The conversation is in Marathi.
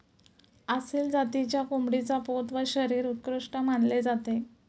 आसिल जातीच्या कोंबडीचा पोत व शरीर उत्कृष्ट मानले जाते